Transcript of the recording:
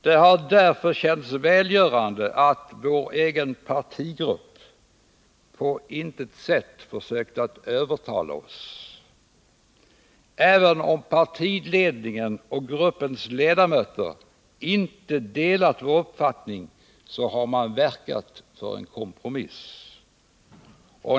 Det har därför känts välgörande att vår egen partigrupp på intet sätt försökt att övertala oss. Även om partiledningen och gruppens ledamöter inte delat vår uppfattning har man verkat för en kompromiss.